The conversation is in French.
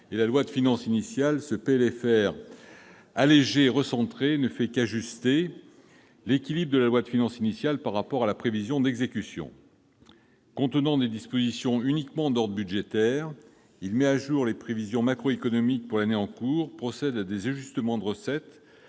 de loi de finances rectificative allégé et recentré ne fait qu'ajuster l'équilibre de la loi de finances initiale par rapport à la prévision d'exécution. Contenant des dispositions d'ordre uniquement budgétaire, il met à jour les prévisions macroéconomiques pour l'année en cours, procède à des ajustements de recettes,